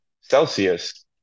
Celsius